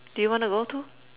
do you wanna go too